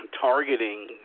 targeting